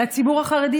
לציבור החרדי,